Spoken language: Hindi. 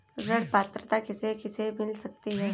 ऋण पात्रता किसे किसे मिल सकती है?